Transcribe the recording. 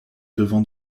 devant